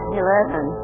eleven